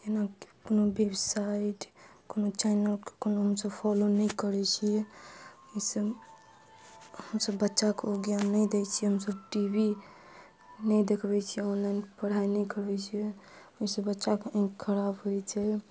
जेनाकि कोनो वेबसाइट कोनो चैनलके कोनो हमसब फॉलो नहि करै छियै ओहिसँ हमसब बच्चाके ज्ञान नहि दै छियै हमसब टीवी नहि देखबै छियै ऑनलाइन पढ़ाइ नहि करबै छियै ओहिसँ बच्चाके आँखि खराब होइ छै